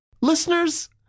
listeners